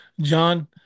John